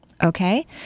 Okay